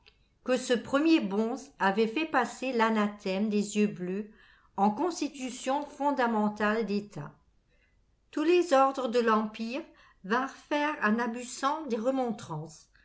que ce premier bonze avait fait passer l'anathème des yeux bleus en constitution fondamentale d'état tous les ordres de l'empire vinrent faire à nabussan des remontrances